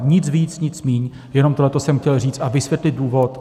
Nic víc, nic míň, jenom tohle jsem chtěl říct a vysvětlit důvod.